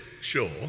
sure